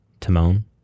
Timon